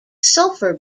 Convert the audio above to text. sulfur